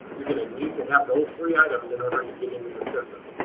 you're going to need to have those three items in order to get into the system.